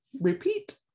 repeat